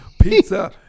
Pizza